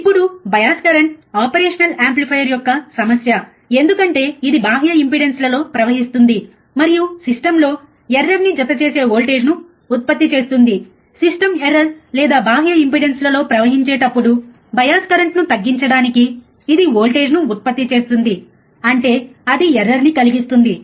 ఇప్పుడు bias current operation amplifier యొక్క సమస్య ఎందుకంటే ఇది బాహ్య ఇంపెడెన్స్లలో ప్రవహిస్తుంది మరియు సిస్టమ్ లో ఎర్రర్ ని జతచేసే వోల్టేజ్ను ఉత్పత్తి చేస్తుంది సిస్టమ్ ఎర్రర్ లేదా బాహ్య ఇంపెడెన్స్లలో ప్రవహించేటప్పుడు బయాస్ కరెంట్ను తగ్గించడానికి అది వోల్టేజ్ను ఉత్పత్తి చేస్తుంది అంటే అది ఎర్రర్ ని కలిగిస్తుంది